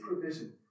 provision